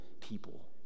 people